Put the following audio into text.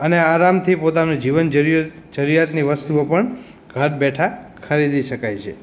અને આરામથી પોતાનું જીવન જરુ જરૂરિયાતની વસ્તુઓ પણ ઘર બેઠાં ખરીદી શકાય છે